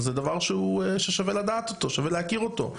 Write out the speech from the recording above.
זה דבר ששווה לדעת אותו, שווה להכיר אותו.